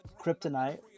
Kryptonite